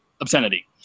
obscenity